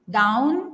down